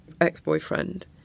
ex-boyfriend